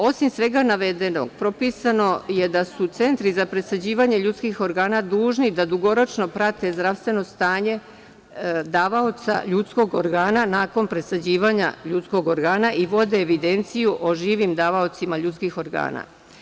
Osim svega navedenog, propisano je da su centri za presađivanje ljudskih organa dužni da dugoročno prate zdravstveno stanje davaoca ljudskog organa nakon presađivanja ljudskog organa i vode evidenciju o živim davaocima ljudskih organa.